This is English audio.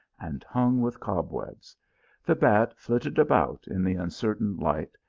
and hung with cobwebs the bat flitted about in the uncertain light,